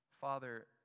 Father